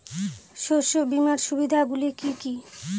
শস্য বীমার সুবিধা গুলি কি কি?